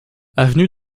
avenue